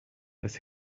das